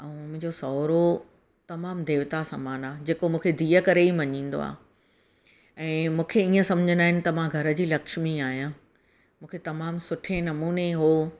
ऐं मुंहिंजो सहुरो तमामु देवता समानु आहे जेको मूंखे धीअ करे ई मञींदो आहे ऐं मूंखे ईअं सम्झंदा आहिनि त मां घर जी लछमी आहियां मूंखे तमामु सुठे नमूने हुअ